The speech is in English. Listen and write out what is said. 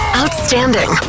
Outstanding